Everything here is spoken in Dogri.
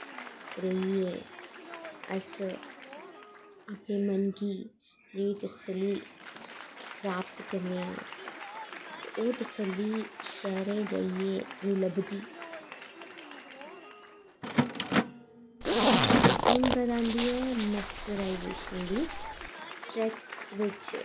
बिच्च रेहियै अस अपनें मन गी जेह्ड़ी तसल्ली प्राप्त करनें आं ते ओह् तसल्ली शैह्रें जाइयै नेंई लब्भदी हून गल्ल आंदी ऐ रैसप्रायेशन दी ट्रैक बिच्च